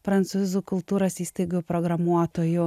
prancūzų kultūros įstaigų programuotojų